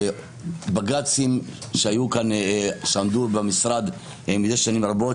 בג"צים שעמדו במשרד שנים רבות,